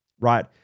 Right